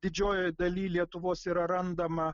didžiojoje daly lietuvos yra randama